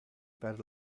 per